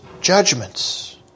judgments